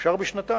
אפשר בשנתיים.